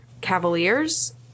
Cavaliers